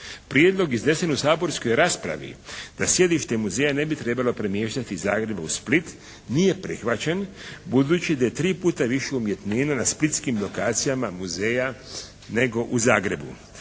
Prijedlog iznesen u saborskoj raspravi da sjedište muzeja ne bi trebalo premještati iz Zagreba u Split nije prihvaćen, budući da je tri puta više umjetnina na splitskim lokacijama muzeja nego u Zagrebu.